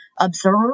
observe